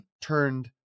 turned